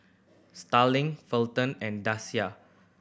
Starling Felton and Danica